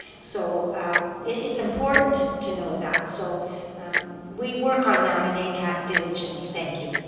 so it's important to to know that, so we work on that in acat, diligently. thank you.